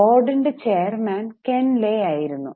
ബോർഡിൻറെ chairman Ken Lay ആയിരുന്നു